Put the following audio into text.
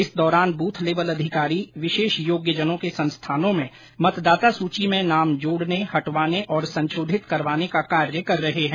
इस दौरान booth level अधिकारी विशेषयोगयजनों के संस्थानो में मतदाता सूची में नाम जोड़ने हटवाने और संशोधित करवाने का कार्य कर रहे है